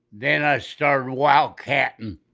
then i started wildcatting.